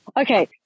Okay